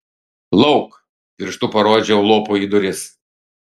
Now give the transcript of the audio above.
lauk pirštu parodžiau lopui į duris